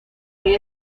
que